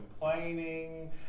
complaining